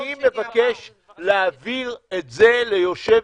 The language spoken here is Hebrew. וזה חשוב.